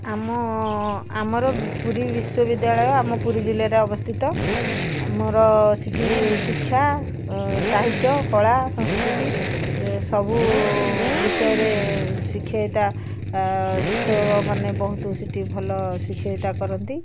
ଆମ ଆମର ପୁରୀ ବିଶ୍ୱବିଦ୍ୟାଳୟ ଆମ ପୁରୀ ଜିଲ୍ଲାରେ ଅବସ୍ଥିତ ଆମର ସେଠି ଶିକ୍ଷା ସାହିତ୍ୟ କଳା ସଂସ୍କୃତି ସବୁ ବିଷୟରେ ଶିକ୍ଷୟତା ଶିକ୍ଷକ ମାନେ ବହୁତ ସେଠି ଭଲ ଶିକ୍ଷକତା କରନ୍ତି